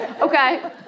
Okay